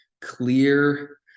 clear